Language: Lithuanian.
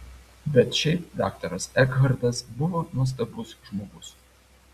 bet šiaip daktaras ekhartas buvo nuostabus žmogus